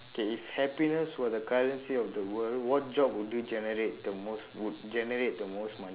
okay if happiness were the currency of the world what job would you generate the most would generate the most mone~